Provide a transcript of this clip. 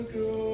go